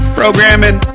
programming